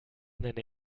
nenne